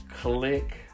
click